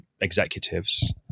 executives